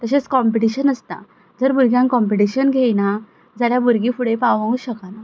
तशेंच कंम्पिटीशन आसता जर भुरग्यांक कोंपिटिशन घेयना जाल्यार भुरगीं फुडें पावूंक शकना